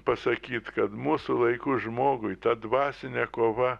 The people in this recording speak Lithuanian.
pasakyt kad mūsų laikų žmogui ta dvasinė kova